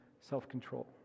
self-control